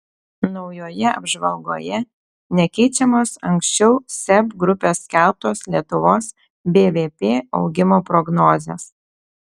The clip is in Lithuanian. naujoje apžvalgoje nekeičiamos anksčiau seb grupės skelbtos lietuvos bvp augimo prognozės